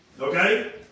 Okay